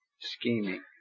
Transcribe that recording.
scheming